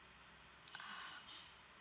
ah